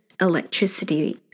electricity